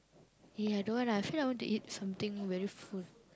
!ee! I don't want lah I feel like I want to eat something very full